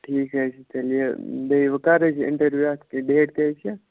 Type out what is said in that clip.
ٹھیٖک حظ چھُ تیٚلہِ یہِ بیٚیہِ وۅنۍ کَر حظ یہِ اِنٹَروِیو اَتھ ڈیٹ کیٛاہ حظ چھِ